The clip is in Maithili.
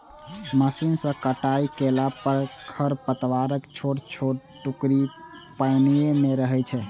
मशीन सं कटाइ कयला पर खरपतवारक छोट छोट टुकड़ी पानिये मे रहि जाइ छै